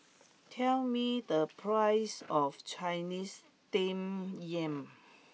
tell me the price of Chinese Steamed Yam